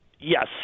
Yes